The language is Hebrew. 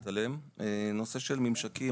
בנושא של ממשקים,